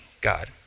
God